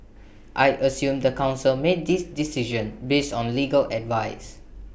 I assume the Council made this decision based on legal advice